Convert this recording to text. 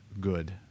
good